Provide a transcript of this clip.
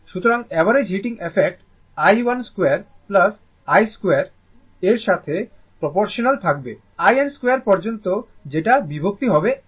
সুতরাং average heating প্রভাব i1 2 I2 2 এর সাথে প্রপোর্শনাল থাকবে in 2 পর্যন্ত যেটা বিভক্তি হবে n দিয়ে